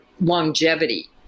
longevity